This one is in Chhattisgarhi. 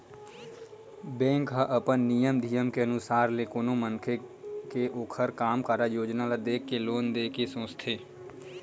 बेंक ह अपन नियम धियम के अनुसार ले कोनो मनखे के ओखर कारज योजना ल देख के लोन देय के सोचथे